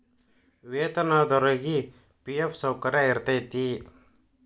ವೇತನದೊರಿಗಿ ಫಿ.ಎಫ್ ಸೌಕರ್ಯ ಇರತೈತಿ